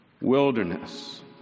wilderness